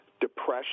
depression